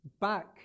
back